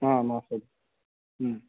हा मासज्